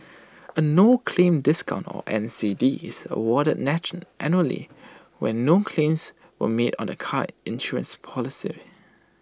A no claim discount or N C D is awarded natural annually when no claims were made on the car insurance policy